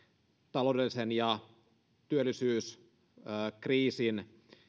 taloudellisen ja työllisyyskriisin